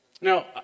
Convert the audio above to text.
Now